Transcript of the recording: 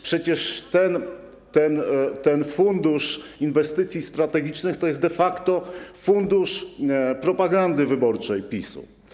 Przecież ten fundusz inwestycji strategicznych to jest de facto fundusz propagandy wyborczej PiS-u.